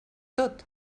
tot